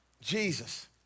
Jesus